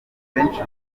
benshi